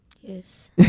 yes